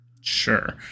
Sure